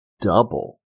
double